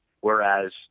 Whereas